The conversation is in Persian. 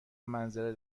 منظره